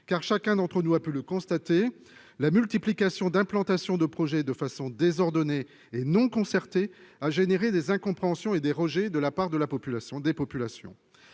car, chacun d'entre nous a pu le constater, la multiplication d'implantation de projets de façon désordonnée et non concertée a entraîné des incompréhensions et des rejets de la part des populations.